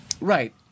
right